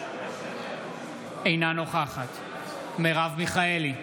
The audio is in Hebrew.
אינה נוכחת מרב מיכאלי,